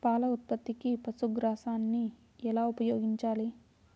పాల ఉత్పత్తికి పశుగ్రాసాన్ని ఎలా ఉపయోగించాలి?